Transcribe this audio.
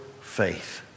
faith